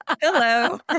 Hello